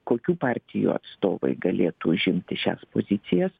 kokių partijų atstovai galėtų užimti šias pozicijas